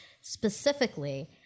specifically